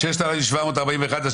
חלקנו אשכרה עושים עבודה,